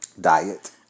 Diet